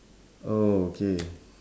oh okay